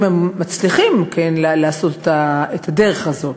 אם הם מצליחים לעשות את הדרך הזאת.